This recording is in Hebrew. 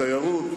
בתיירות,